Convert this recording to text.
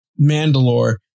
Mandalore